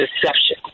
deception